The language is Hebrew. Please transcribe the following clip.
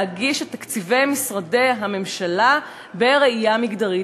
להגיש את תקציבי משרדי הממשלה בראייה מגדרית,